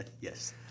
Yes